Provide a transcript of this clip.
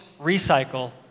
recycle